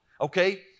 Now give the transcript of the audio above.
okay